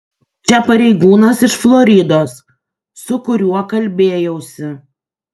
čia pareigūnas iš floridos su kuriuo kalbėjausi